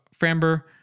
framber